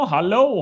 Hello